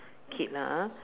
kid lah ah